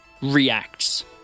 reacts